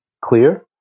clear